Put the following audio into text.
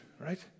right